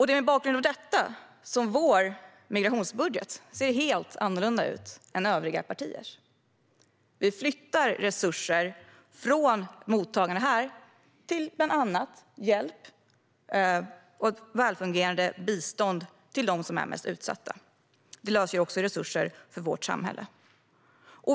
Det är mot bakgrund av detta som vår migrationsbudget ser helt annorlunda ut än övriga partiers. Vi flyttar resurser från mottagande här till bland annat hjälp och välfungerande bistånd till dem som är mest utsatta. Det löser också resursproblem för vårt samhälle.